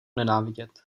nenávidět